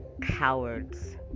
cowards